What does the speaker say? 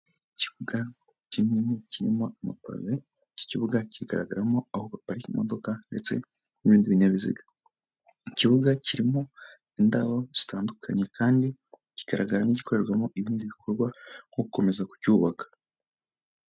Ikibuga kinini kirimo amapavee iki'ikibuga kigaragaramo aho baparika imodoka ndetse n'ibindi binyabiziga, ikibuga kirimo indabo zitandukanye kandi kigaragara nk'igikorerwamo ibindi bikorwa nko gukomeza kucyubaka.